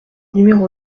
numéro